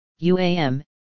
UAM